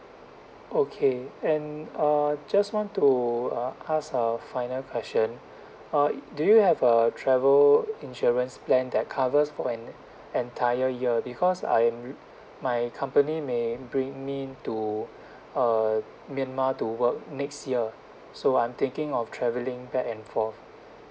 okay and uh just want to uh ask a final question uh do you have a travel insurance plan that covers for an entire year because I'm my company may bring me to uh myanmar to work next year so I'm thinking of travelling back and forth